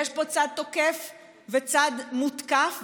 יש פה צד תוקף וצד מותקף.